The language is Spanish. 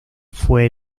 fue